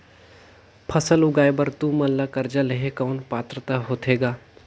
फसल उगाय बर तू मन ला कर्जा लेहे कौन पात्रता होथे ग?